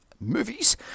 movies